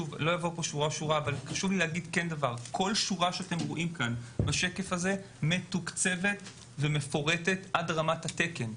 כל שורה שאתם רואים בשקף הזה מתוקצבת ומפורטת עד רמת התקן.